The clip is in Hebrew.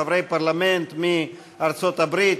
חברי פרלמנט מארצות-הברית,